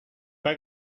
pas